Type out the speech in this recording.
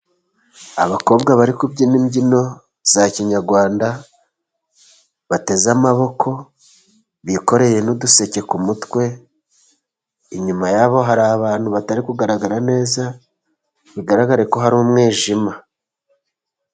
Abakobwa bari kubyina imbyino za kinyarwanda bateze amaboko bikoreye n'uduseke ku mutwe, inyuma yabo hari abantu batari kugaragara neza bigaragare ko hari umwijima.